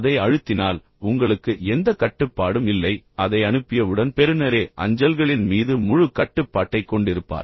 அதை அழுத்தினால் உங்களுக்கு எந்த கட்டுப்பாடும் இல்லை அதை அனுப்பியவுடன் பெறுநரே அஞ்சல்களின் மீது முழு கட்டுப்பாட்டைக் கொண்டிருப்பார்